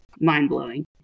mind-blowing